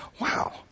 wow